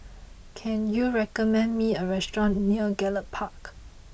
can you recommend me a restaurant near Gallop Park